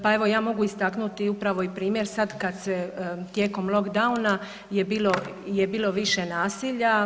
Pa evo ja mogu istaknuti upravo i primjer sada kada se tijekom loockdowna je bilo više nasilja.